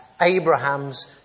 Abraham's